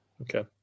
okay